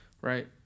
Right